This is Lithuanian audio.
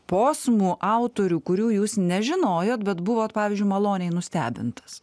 posmų autorių kurių jūs nežinojot bet buvot pavyzdžiui maloniai nustebintas